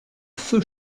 feu